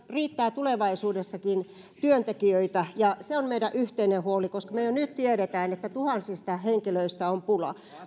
riittää tulevaisuudessakin työntekijöitä se on meidän yhteinen huolemme koska me jo nyt tiedämme että tuhansista henkilöistä on pulaa